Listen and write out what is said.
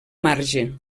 marge